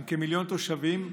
עם כמיליון תושבים,